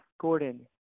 Gordon